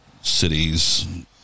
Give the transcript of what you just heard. cities